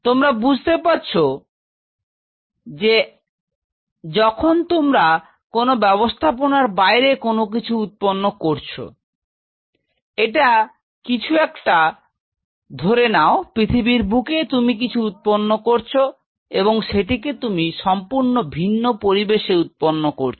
তো তোমরা বুঝতে পারছ যে যখন তোমরা কোনও ব্যাপস্থাপনার বাইরে কোনও কিছু উৎপন্ন করছ এটা কিছু একটা ধরে নাও পৃথিবীর বুকে তুমি কিছু উৎপন্ন করছ এবং সেটিকে তুমি সম্পূর্ণ ভিন্ন পরিবেশে উৎপন্ন করছ